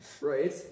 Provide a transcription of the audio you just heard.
Right